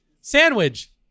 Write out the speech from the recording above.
Sandwich